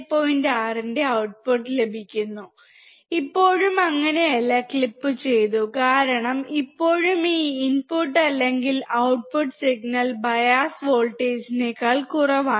6 ന്റെ ഔട്ട്പുട്ട് ലഭിക്കുന്നു ഇപ്പോഴും അങ്ങനെയല്ല ക്ലിപ്പ് ചെയ്തു കാരണം ഇപ്പോഴും ഈ ഇൻപുട്ട് അല്ലെങ്കിൽ ഔട്ട്പുട്ട് സിഗ്നൽ ബയാസ് വോൾട്ടേജിനേക്കാൾ കുറവാണ്